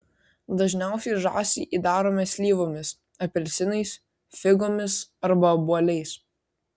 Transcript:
dažniausiai žąsį įdarome slyvomis apelsinais figomis arba obuoliais